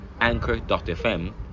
anchor.fm